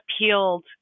appealed